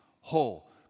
whole